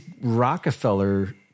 Rockefeller